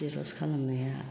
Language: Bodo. जेर'क्स खालामनाया